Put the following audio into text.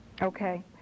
Okay